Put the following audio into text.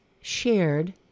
shared